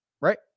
right